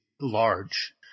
large